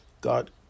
God